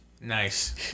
Nice